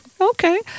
okay